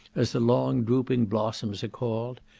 as the long drooping blossoms are called,